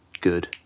good